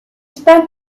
spent